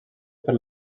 per